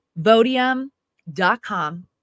Vodium.com